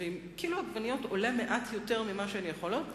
ואם קילו עגבניות עולה מעט יותר ממה שהן יכולות,